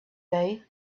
day